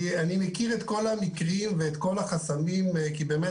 אני מכיר את כל המקרים ואת כל החסמים כי באמת